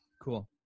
Cool